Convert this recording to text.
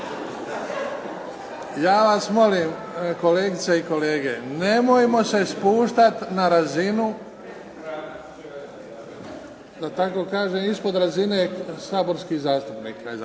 Ja vas molim, kolegice i kolege, nemojmo se spuštat na razinu da tako kažem ispod razine saborskih zastupnika.